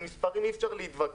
עם מספרים אי אפשר להתווכח.